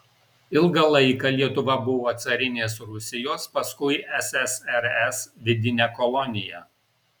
ilgą laiką lietuva buvo carinės rusijos paskui ssrs vidine kolonija